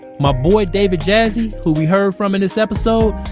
my boy, david jassy, who we heard from in this episode,